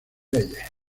leyes